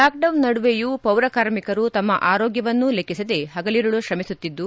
lockdown ನಡುವೆಯೂ ಪೌರಕಾರ್ಮಿಕರು ತಮ್ಮ ಆರೋಗ್ಯವನ್ನು ಲೆಕ್ಕಿಸದೇ ಪಗಲಿರುಳು ಶ್ರಮಿಸುತ್ತಿದ್ದು